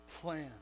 plan